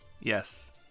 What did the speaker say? Yes